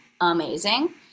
amazing